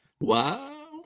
Wow